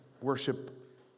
worship